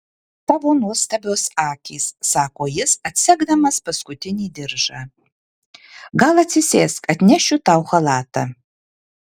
tavo nuostabios akys sako jis atsegdamas paskutinį diržą gal atsisėsk atnešiu tau chalatą